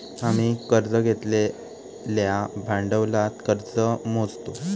आम्ही कर्ज घेतलेल्या भांडवलात कर्ज मोजतो